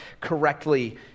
correctly